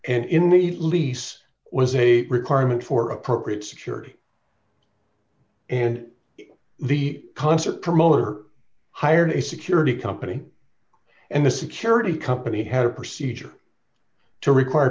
and in the lease was a requirement for appropriate security and the concert promoter hired a security company and the security company had a procedure to require